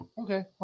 Okay